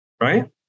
Right